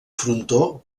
frontó